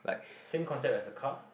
same concept as a car